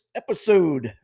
episode